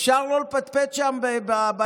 אפשר לא לפטפט שם ביציע?